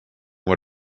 what